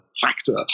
factor